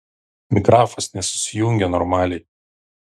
mikrafas nesusijungė normaliai